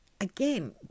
Again